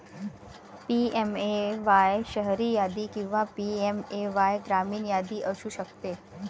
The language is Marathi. पी.एम.ए.वाय शहरी यादी किंवा पी.एम.ए.वाय ग्रामीण यादी असू शकते